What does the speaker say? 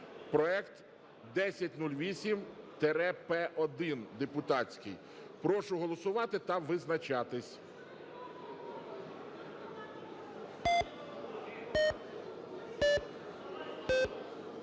проект 1008-П1 (депутатський). Прошу голосувати та визначатись.